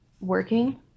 working